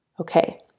Okay